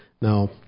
Now